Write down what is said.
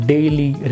Daily